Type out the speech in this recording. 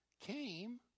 came